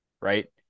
Right